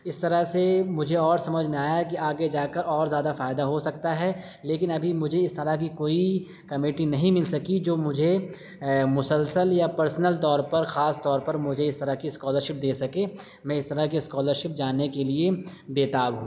اس طرح سے مجھے اور سمجھ میں آیا کہ آگے جا کر اور زیادہ فائدہ ہو سکتا ہے لیکن ابھی مجھے اس طرح کی کوئی کمیٹی نہیں مل سکی جو مجھے مسلسل یا پرسنل طور پر خاص طور پر مجھے اس طرح کی اسکالرشپ دے سکے میں اس طرح کے اسکالرشپ جاننے کے لیے بےتاب ہوں